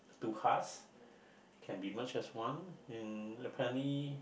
two hearts can be merged as one and apparently